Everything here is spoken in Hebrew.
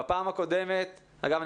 אגב,